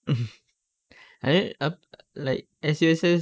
I think uh like S_U_S_S